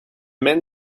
men